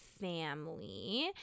family